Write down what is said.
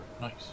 nice